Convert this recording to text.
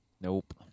Nope